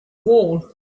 wall